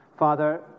Father